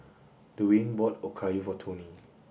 Dewayne bought Okayu for Toney